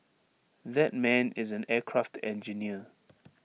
that man is an aircraft engineer